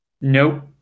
Nope